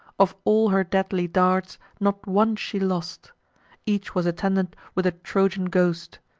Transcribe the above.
of all her deadly darts, not one she lost each was attended with a trojan ghost.